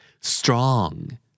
Strong